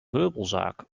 meubelzaak